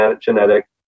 genetic